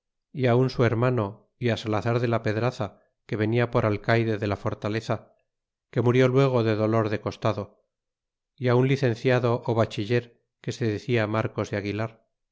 un su hermano y á salazar de la pedraza que venia por alcayde de la fortaleza que murió luego de dolor de costado y un licenciado ó bachiller que se decia marcos de aguilar